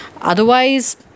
otherwise